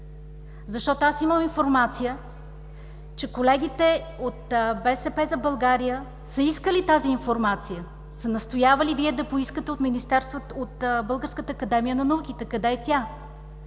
Защото аз имам информация, че колегите от „БСП за България“ са искали тази информация, настоявали са Вие да я поискате от Българската академия на науките. Къде е тя?